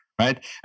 right